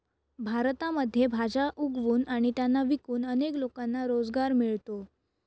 भारतामध्ये भाज्या उगवून आणि त्यांना विकून अनेक लोकांना रोजगार मिळतो